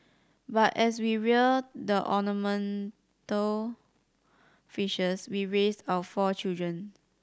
but as we rear the ornamental fishes we raised our four children